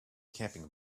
camping